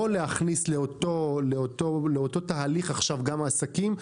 לא להכניס לאותו תהליך עכשיו גם עסקים.